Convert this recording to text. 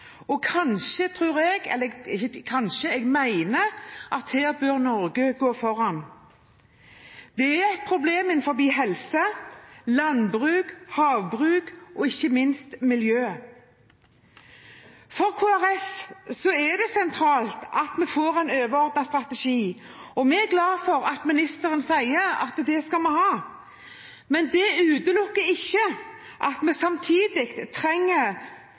Og kanskje tror jeg – ikke kanskje, jeg mener – at her bør Norge gå foran. Det er et problem innen helse, landbruk og havbruk og ikke minst for miljøet. For Kristelig Folkeparti er det sentralt at vi får en overordnet strategi, og vi er glad for at ministeren sier at vi skal ha det, men det utelukker ikke at vi samtidig trenger